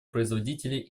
производители